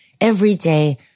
everyday